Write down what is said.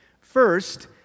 First